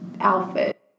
outfit